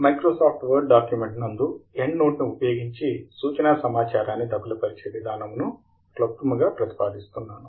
Microsoft word document నందు end note ని ఉపయోగించి సూచనా సమాచారాన్ని దఖలు పరిచే విధానమును క్లుప్తముగా ప్రతిపాదిస్తున్నాను